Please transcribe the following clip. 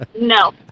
No